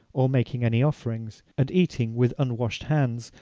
or making any offerings, and eating with unwashed hands,